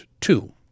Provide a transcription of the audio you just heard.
two